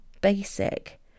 Basic